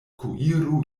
kuiru